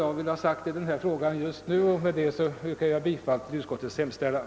Jag nöjer mig med dessa ord just nu och yrkar bifall till utskottets hemställan.